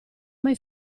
mai